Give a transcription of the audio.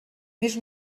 més